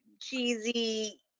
cheesy